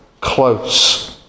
close